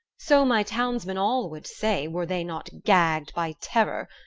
so my townsmen all would say, where they not gagged by terror,